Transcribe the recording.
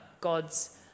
God's